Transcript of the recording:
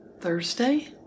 Thursday